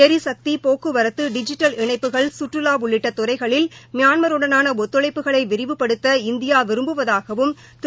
எரிசக்தி போக்குவரத்து டிஜிடல் இணைப்புகள் கற்றுலா உள்ளிட்ட துறைகளில் மியான்மருடனான ஒத்துழைப்புக்களை விரிவுபடுத்த இந்தியா விரும்புவதாகவும் திரு